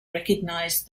recognized